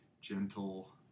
gentle